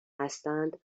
هستند